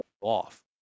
off